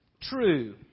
True